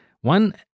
One